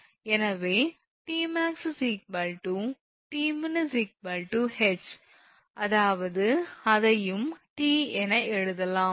எனவே 𝑇𝑚𝑎𝑥 𝑇𝑚𝑖𝑛 𝐻 அதாவது அதையும் T என எழுதலாம்